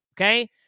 Okay